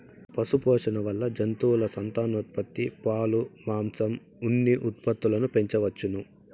పశుపోషణ వల్ల జంతువుల సంతానోత్పత్తి, పాలు, మాంసం, ఉన్ని ఉత్పత్తులను పెంచవచ్చును